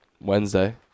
Wednesday